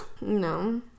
no